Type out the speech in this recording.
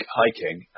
hiking